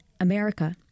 America